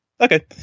okay